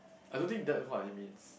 I don't think that it what it means